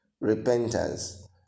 repentance